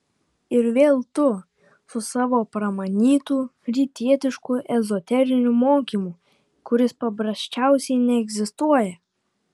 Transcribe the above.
ir vėl tu su savo pramanytu rytietišku ezoteriniu mokymu kuris paprasčiausiai neegzistuoja